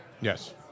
Yes